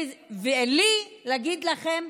לי, להגיד לכם,